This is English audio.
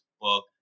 book